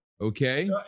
Okay